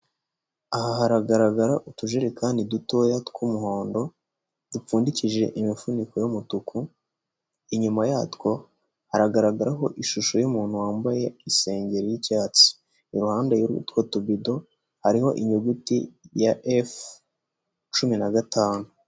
Aha haragaragara utujerekani dutoya tw'umuhondo, dupfundikishije imifuniko y'umutuku, inyuma yatwo hagaragaraho ishusho y'umuntu wambaye isengeri y'icyatsi, iruhande r'utwo tubido hariho inyuguti ya efu cumi na gatanu.